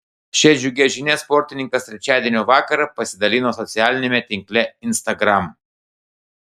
šia džiugia žinia sportininkas trečiadienio vakarą pasidalino socialiniame tinkle instagram